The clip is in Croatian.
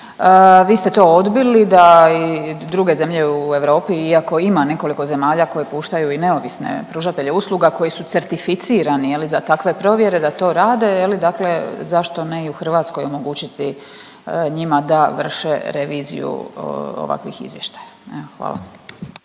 Vi ste to odbili da i druge zemlje u Europi iako ima nekoliko zemalja koje puštaju i neovisne pružatelje usluga koji su certificirani za takve provjere da to rade. Dakle, zašto ne i u Hrvatskoj omogućiti njima da vrše reviziju ovakvih izvještaja. Evo